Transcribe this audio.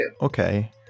Okay